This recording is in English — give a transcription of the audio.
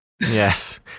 Yes